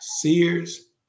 Sears